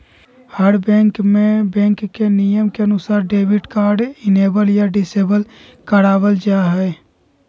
हर bank में bank के नियम के अनुसार डेबिट कार्ड इनेबल या डिसेबल करवा वल जाहई